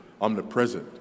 omnipresent